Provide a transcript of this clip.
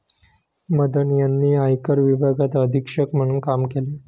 मदन यांनी आयकर विभागात अधीक्षक म्हणून काम केले